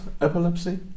epilepsy